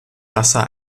wasser